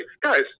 guys